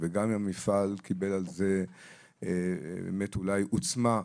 וגם אם המפעל קיבל על זה באמת אולי עוצמה,